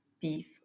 beef